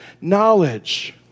knowledge